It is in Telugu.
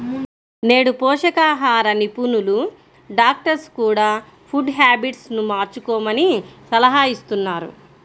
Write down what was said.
నేడు పోషకాహార నిపుణులు, డాక్టర్స్ కూడ ఫుడ్ హ్యాబిట్స్ ను మార్చుకోమని సలహాలిస్తున్నారు